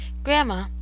grandma